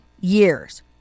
years